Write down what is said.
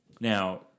Now